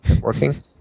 working